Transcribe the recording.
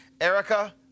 Erica